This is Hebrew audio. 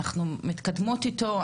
אנחנו מתקדמות איתו,